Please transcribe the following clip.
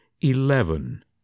eleven